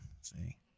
see